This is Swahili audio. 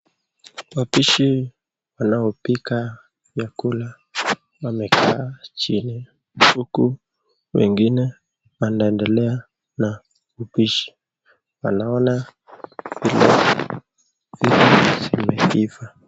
Wapishi wanaopika vyakula, wamekaa chini huku wengine wanaendelea na upishi. wanaona vile vitu vimeiva.